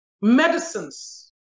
Medicines